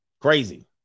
Crazy